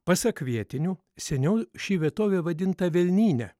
pasak vietinių seniau ši vietovė vadinta velnyne